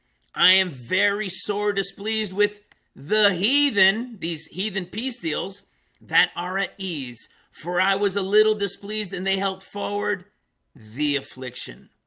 i am very sore displeased with the heathen these heathen peace deals that are at ease for i was a little displeased and they helped forward the affliction